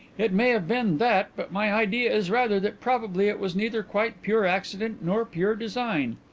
it may have been that, but my idea is rather that probably it was neither quite pure accident nor pure design.